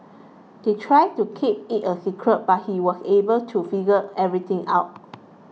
they tried to keep it a secret but he was able to figure everything out